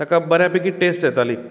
तेका बरे बेगी टेस्ट येताली